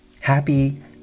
Happy